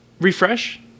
refresh